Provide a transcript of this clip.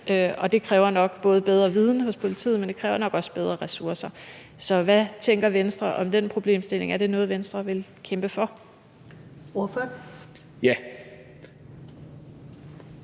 det kræver nok både bedre viden hos politiet, men det kræver nok også bedre ressourcer. Så hvad tænker Venstre om den problemstilling? Er det noget, som Venstre vil kæmpe for? Kl.